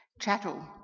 Chattel